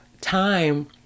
time